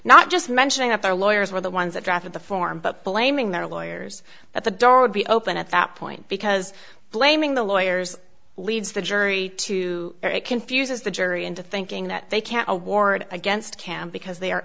not just mentioning up their lawyers were the ones that drafted the form but blaming their lawyers at the door would be open at that point because blaming the lawyers leads the jury to it confuses the jury into thinking that they can't award against cam because they are